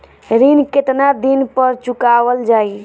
ऋण केतना दिन पर चुकवाल जाइ?